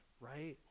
right